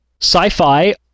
Sci-fi